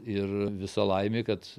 ir visa laimė kad